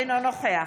אינו נוכח